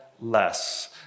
less